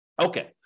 Okay